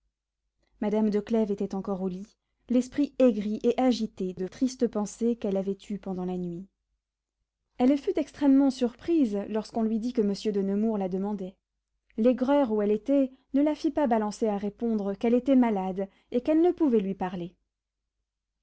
madame de clèves était encore au lit l'esprit aigri et agité de tristes pensées qu'elle avait eues pendant la nuit elle fut extrêmement surprise lorsqu'on lui dit que monsieur de nemours la demandait l'aigreur où elle était ne la fit pas balancer à répondre qu'elle était malade et qu'elle ne pouvait lui parler